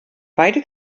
beide